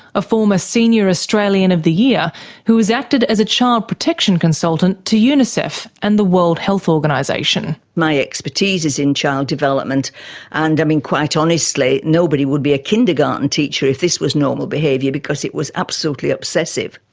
a former senior australian of the year who has acted as a child protection consultant to unicef and the world health organisation. my expertise is in child development and, i mean, quite honestly nobody would be a kindergarten teacher if this was normal behaviour because it was absolutely obsessive.